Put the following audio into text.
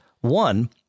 One